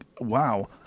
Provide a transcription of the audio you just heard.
wow